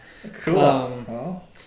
Cool